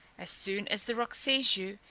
as soon as the roc sees you,